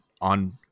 on